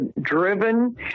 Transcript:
driven